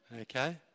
Okay